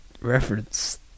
Reference